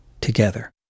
together